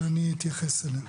ואני אתייחס אליה.